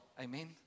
Amen